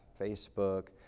Facebook